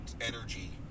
energy